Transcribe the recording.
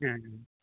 ᱦᱮᱸ